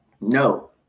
No